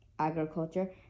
agriculture